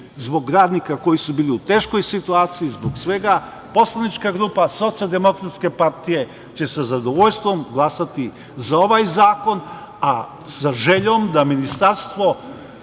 zbog radnika koji su bili u teškoj situaciji, zbog svega poslanička grupa Socijaldemokratske partije će sa zadovoljstvom glasati za ovaj zakon, a sa željom da Ministarstvo